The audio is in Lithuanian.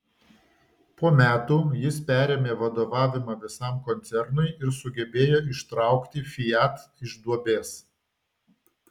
po metų jis perėmė vadovavimą visam koncernui ir sugebėjo ištraukti fiat iš duobės